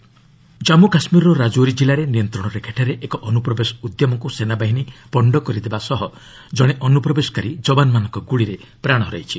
କେକେ infiltration foiled Jammu କାଶ୍ମୀରର ରାଜୌରୀ କିଲ୍ଲାରେ ନିୟନ୍ତ୍ରଣ ରେଖାଠାରେ ଏକ ଅନୁପ୍ରବେଶ ଉଦ୍ୟମକୁ ସେନାବାହିନୀ ପଣ୍ଡ କରିବା ସହ ଜଣେ ଅନୁପ୍ରବେଶକାରୀ ଯବାନମାନଙ୍କ ଗୁଳିରେ ପ୍ରାଣ ହରାଇଛି